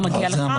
גם מגיע לך.